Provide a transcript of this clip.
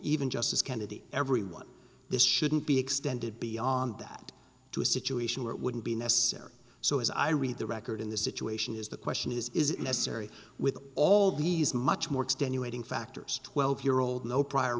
even justice kennedy everyone this shouldn't be extended beyond that to a situation where it wouldn't be necessary so as i read the record in this situation is the question is is it necessary with all these much more extenuating factors twelve year old no prior